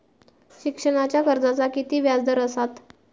शिक्षणाच्या कर्जाचा किती व्याजदर असात?